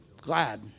Glad